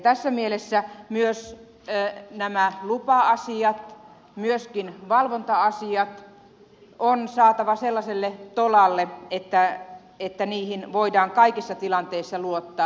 tässä mielessä myös nämä lupa asiat myöskin valvonta asiat on saatava sellaiselle tolalle että niihin voidaan kaikissa tilanteissa luottaa